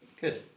Good